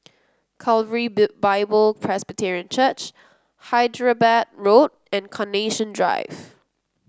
Calvary Bible Presbyterian Church Hyderabad Road and Carnation Drive